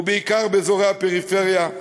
ובעיקר באזורי הפריפריה,